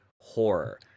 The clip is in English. horror